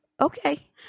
Okay